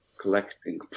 collecting